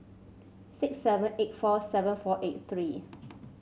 six seven eight four seven four eight three